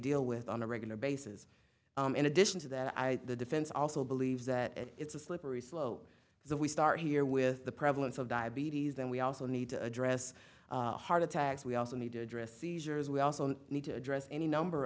deal with on a regular basis in addition to that i the defense also believes that it's a slippery slope so we start here with the prevalence of diabetes then we also need to address heart attacks we also need to address seizures we also need to address any number